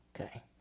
Okay